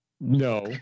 No